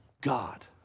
God